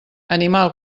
animal